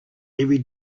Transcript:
every